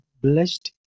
blessed